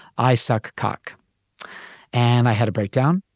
i suck cock and i had a breakdown.